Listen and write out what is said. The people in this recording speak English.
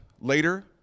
later